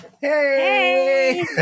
Hey